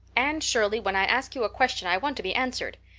anne shirley, when i ask you a question i want to be answered.